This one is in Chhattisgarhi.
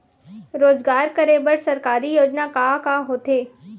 रोजगार करे बर सरकारी योजना का का होथे?